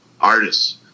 artists